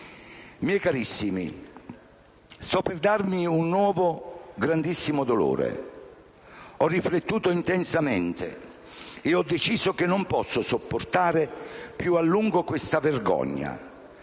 «Miei carissimi, sto per darvi un nuovo, grandissimo dolore. Ho riflettuto intensamente e ho deciso che non posso sopportare più a lungo questa vergogna.